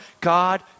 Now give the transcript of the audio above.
God